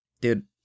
Dude